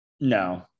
No